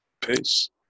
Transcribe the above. Peace